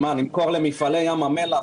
נמכור למפעלי ים המלח,